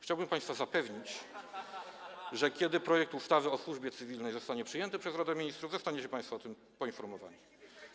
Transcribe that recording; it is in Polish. Chciałbym państwa zapewnić, że kiedy projekt ustawy o służbie cywilnej zostanie przyjęty przez Radę Ministrów, zostaniecie państwo o tym poinformowani.